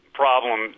problem